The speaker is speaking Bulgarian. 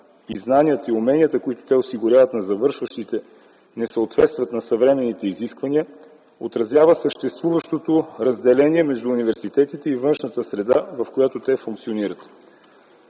знанията и уменията, които те осигуряват на завършващите не съответстват на съвременните изисквания, отразява съществуващото разделение между университетите и външната среда, в която те функционират.